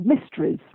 mysteries